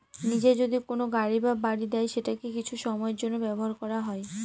নিজে যদি কোনো গাড়ি বা বাড়ি দেয় সেটাকে কিছু সময়ের জন্য ব্যবহার করা হয়